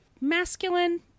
masculine